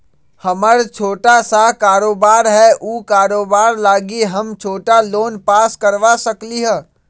हमर छोटा सा कारोबार है उ कारोबार लागी हम छोटा लोन पास करवा सकली ह?